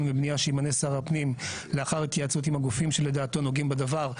ובנייה שימנה שר הפנים לאחר התייעצות עם הגופים שלדעתו נוגעים בדבר,